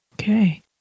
okay